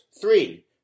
three